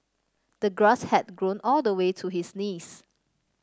the grass had grown all the way to his knees